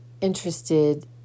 interested